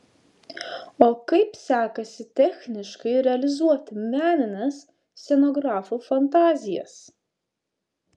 o kaip sekasi techniškai realizuoti menines scenografų fantazijas